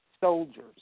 soldiers